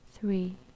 three